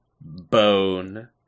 Bone